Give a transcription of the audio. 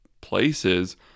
places